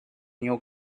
new